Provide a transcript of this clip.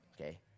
okay